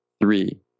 three